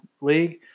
league